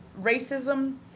racism